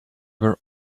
were